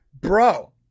Bro